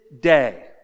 day